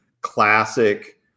classic